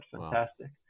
Fantastic